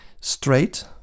straight